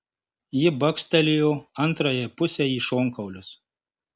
ji bakstelėjo antrajai pusei į šonkaulius